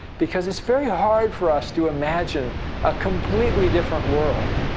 because it's very hard for us to imagine a completely different world.